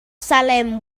salem